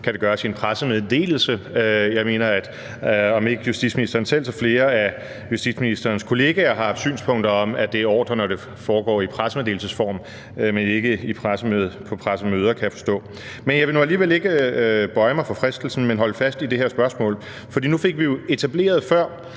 Kan det gøres i en pressemeddelelse? Jeg mener, at justitsministeren – om ikke justitsministeren selv så flere af justitsministerens kollegaer – har haft synspunkter om, at det er ordre, når det foregår i pressemeddelelsesform, men altså ikke på pressemøder, kan jeg forstå. Men jeg vil nu alligevel ikke bøje mig for fristelsen, men holde fast i det her spørgsmål. For nu fik vi jo etableret før,